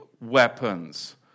weapons